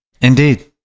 Indeed